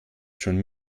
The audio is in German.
schon